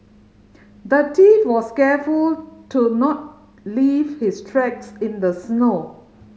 the thief was careful to not leave his tracks in the snow